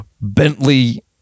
bentley